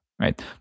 right